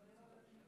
תודה רבה, אדוני